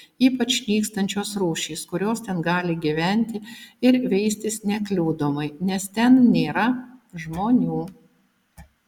ypač nykstančios rūšys kurios ten gali gyventi ir veistis nekliudomai nes ten nėra žmonių